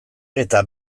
eta